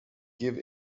give